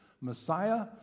Messiah